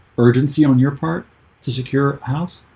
urgency on your part to secure a house